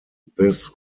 this